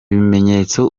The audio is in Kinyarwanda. bimenyetso